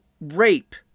rape